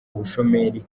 ubushomeri